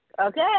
Okay